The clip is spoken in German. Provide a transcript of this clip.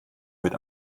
mit